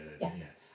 Yes